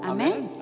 Amen